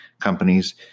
companies